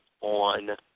on